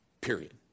Period